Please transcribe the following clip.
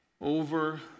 over